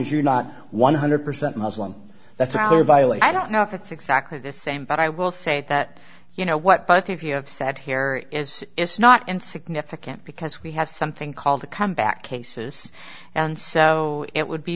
as you're not one hundred percent muslim that's our violate i don't know if it's exactly the same but i will say that you know what both of you have said here is it's not and significant because we have something called the comeback cases and so it would be